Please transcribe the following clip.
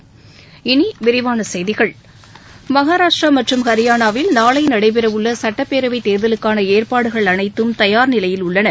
இனி விரிவானச் செய்திகள் மகாராஷ்டிரா மற்றும் ஹரியானாவில் நாளை நடைபெற உள்ள சட்டப்பேரவைத் தேர்தலுக்கான ஏற்பாடுகள் அனைத்தும் தயார் நிலையில் உள்ளன